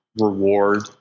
reward